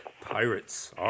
pirates